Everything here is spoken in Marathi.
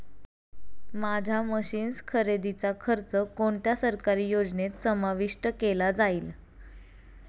माझ्या मशीन्स खरेदीचा खर्च कोणत्या सरकारी योजनेत समाविष्ट केला जाईल?